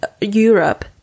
Europe